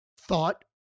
thought